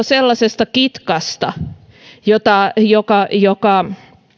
sellaisesta kitkasta joka joka